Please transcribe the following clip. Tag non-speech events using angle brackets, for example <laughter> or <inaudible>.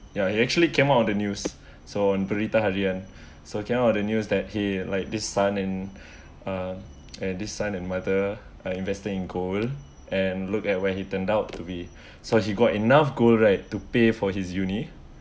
ya he actually came out on the news <breath> so on berita harian <breath> so came out on the news that he like this son and <breath> uh <noise> and this son and mother are invested in gold and look at when he turned out to be <breath> so he got enough gold right to pay for his uni